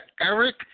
Eric